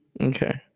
Okay